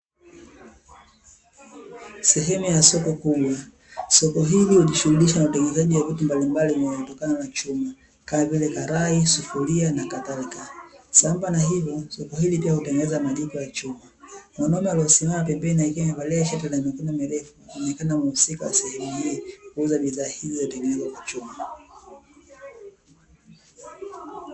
Sehemu ya soko kubwa, soko hili hujishughulisha na utengenezaji wa vitu mbalimbali vinavyotokana na chuma, kama vile karai, sufuria, na kadhalika. Sambamba na hivyo, soko hili pia hutengeneza majiko ya chuma. Mwanaume aliosimama pembeni akiwa amevalia shati la mikono mirefu anaoneka mhusika wa sehemu hii, kuuza bidhaa hizi zilizotengenezwa kwa chuma.